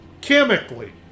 chemically